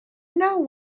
know